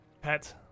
pet